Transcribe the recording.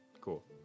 Cool